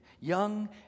young